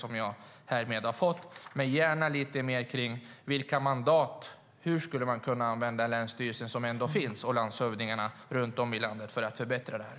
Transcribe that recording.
Men jag vill gärna höra lite mer om vilka mandat man har och hur man skulle kunna använda de länsstyrelser och landshövdingar som ändå finns runt om i landet för att förbättra det här.